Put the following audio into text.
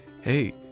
hey